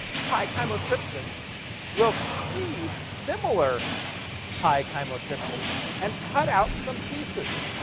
pi-chymotrypsin will cleave similar pi-chymotrypsins and cut out some pieces.